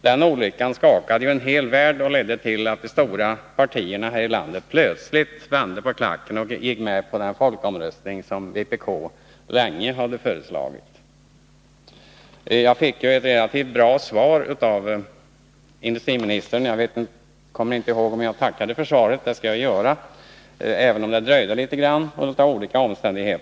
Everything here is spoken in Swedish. Den olyckan skakade en hel värld och ledde till att de stora partierna här i landet plötsligt vände på klacken och gick med på den folkomröstning som Nr 107 vpk sedan länge hade föreslagit. Torsdagen den Jag fick ett relativt bra svar av energiministern. Jag kommer inte ihåg om 25 mars 1982 jag tackade för det — det skall jag göra, även om svaret dröjde litet grand av olika omständigheter.